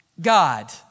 God